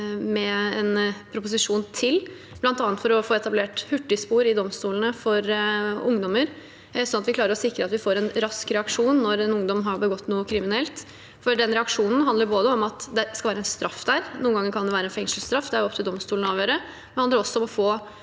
med en proposisjon til, bl.a. for å få etablert hurtigspor i domstolene for ungdommer, sånn at vi klarer å sikre en rask reaksjon når en ungdom har begått noe kriminelt. Den reaksjonen handler både om at det skal være en straff – noen ganger kan det være fengselsstraff; det er det opp til domstolene å avgjøre – og om å få